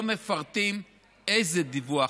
לא מפרטים איזה דיווח,